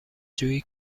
جویی